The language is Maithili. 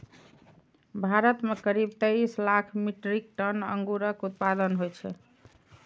भारत मे करीब तेइस लाख मीट्रिक टन अंगूरक उत्पादन होइ छै